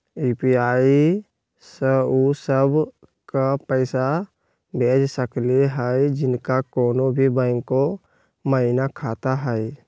UPI स उ सब क पैसा भेज सकली हई जिनका कोनो भी बैंको महिना खाता हई?